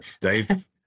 dave